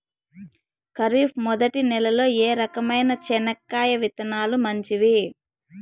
ఖరీఫ్ మొదటి నెల లో ఏ రకమైన చెనక్కాయ విత్తనాలు మంచివి